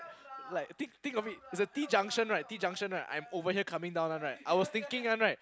like think of it it's a T junction right T junction right I'm over here coming down one right I was thinking one right